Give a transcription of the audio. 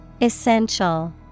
Essential